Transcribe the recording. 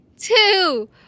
Two